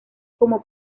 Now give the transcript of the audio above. como